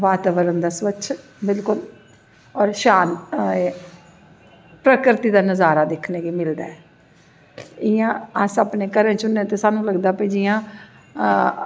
वातावरण दा स्वच्छ बिल्कुल और प्रक़ति दा नज़ारा दिक्खनें गी मिलदा ऐ इयां अस अपनें घरें च होनें ते असेंगी लगदा कि